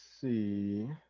see